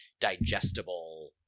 digestible